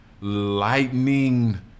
lightning